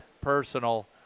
personal